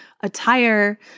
attire